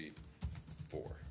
be for